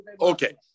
Okay